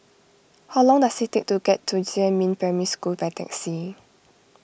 how long does it take to get to Jiemin Primary School by taxi